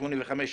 85',